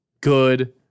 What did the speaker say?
good